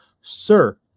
sir